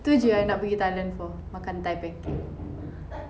tu jer I nak pergi thailand for makan thai pancake